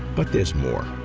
but there's more.